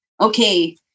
okay